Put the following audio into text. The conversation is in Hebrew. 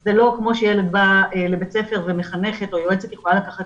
זה לא כמו שילד בא לבית הספר ומחנכת או יועצת יכולה לקחת